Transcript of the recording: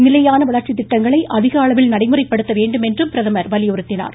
நிலையான வளர்ச்சி திட்டங்களை அதிக அளவில் நடைமுறைப்படுத்த வேண்டும் என்றும் பிரதமர் வலியுறுத்தினார்